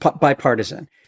bipartisan